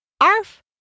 Arf